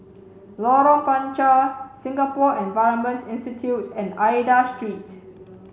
Lorong Panchar Singapore Environment Institute and Aida Street